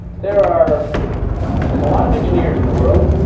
there are a lot of engineers in the world.